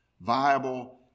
viable